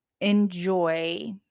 enjoy